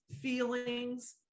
feelings